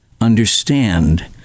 understand